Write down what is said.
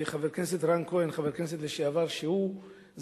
חבר הכנסת לשעבר רן כהן,